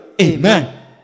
Amen